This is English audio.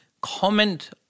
comment